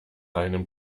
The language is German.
einem